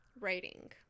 Writing